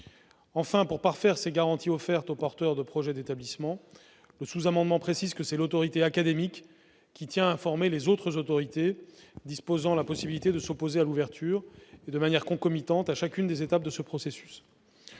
Enfin, pour parfaire ces garanties offertes aux porteurs de projet d'établissement, le sous-amendement tend à préciser que c'est l'autorité académique qui tient informées les autres autorités disposant de la possibilité de s'opposer à l'ouverture, et ce de manière concomitante à chacune des étapes de ce processus.